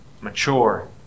Mature